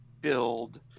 build